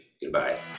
goodbye